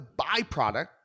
byproduct